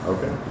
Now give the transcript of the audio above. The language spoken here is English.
Okay